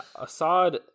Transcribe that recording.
Assad